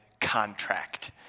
contract